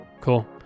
Cool